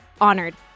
honored